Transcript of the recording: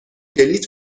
بلیط